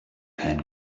can